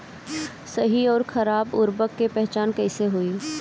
सही अउर खराब उर्बरक के पहचान कैसे होई?